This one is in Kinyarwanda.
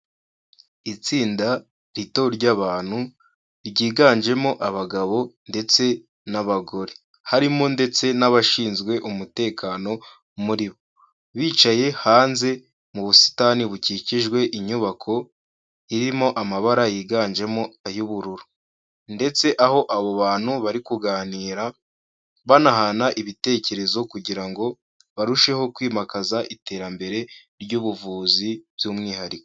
Itsinda rito ry'abantu ryiganjemo abagabo, ndetse n'abagore, harimo ndetse n'abashinzwe umutekano muri bo, bicaye hanze mu busitani bukikijwe inyubako irimo amabara yiganjemo ay'ubururu, ndetse aho abo bantu bari kuganira banahana ibitekerezo, kugira ngo barusheho kwimakaza iterambere ry'ubuvuzi by'umwihariko.